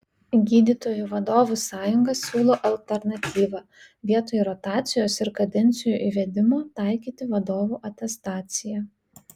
gydytojų vadovų sąjunga siūlo alternatyvą vietoj rotacijos ir kadencijų įvedimo taikyti vadovų atestaciją